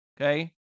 Okay